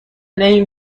این